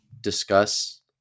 discuss